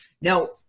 Now